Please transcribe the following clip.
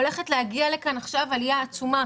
הולכת להגיע לכאן עכשיו עלייה עצומה,